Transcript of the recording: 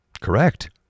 Correct